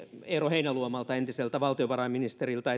eero heinäluomalta entiseltä valtiovarainministeriltä